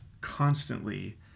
constantly